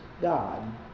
God